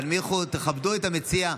תנמיכו, תכבדו את המציע.